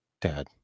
Dad